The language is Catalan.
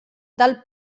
del